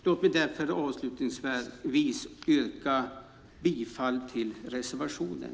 Låt mig avslutningsvis få yrka bifall till reservationen.